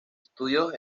studios